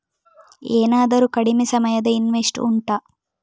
ಏನಾದರೂ ಕಡಿಮೆ ಸಮಯದ ಇನ್ವೆಸ್ಟ್ ಉಂಟಾ